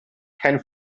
kein